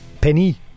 Penny